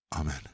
Amen